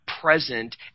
present